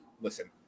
listen